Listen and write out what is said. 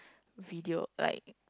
video like